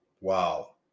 Wow